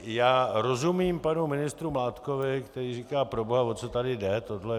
Já rozumím panu ministru Mládkovi, který říká: Proboha, o co tady jde?